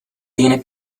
tiene